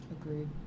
agreed